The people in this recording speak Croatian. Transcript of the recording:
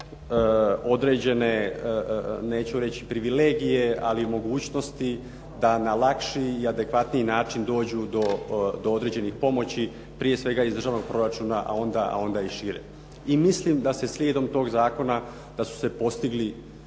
određene neću reći privilegije ali mogućnosti da na lakši i adekvatniji način dođu do određenih pomoći prije svega iz državnog proračuna a onda i šire. I mislim da se slijedom tog zakona, da su se postigli